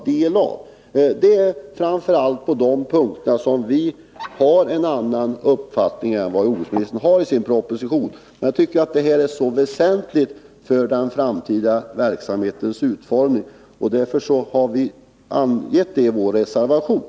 Det är framför allt på de punkterna som vi har en annan uppfattning än jordbruksministern framför i sin proposition. Detta är så väsentligt för den framtida verksamhetens utformning att vi har tagit upp det i vår reservation.